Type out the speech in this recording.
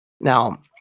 Now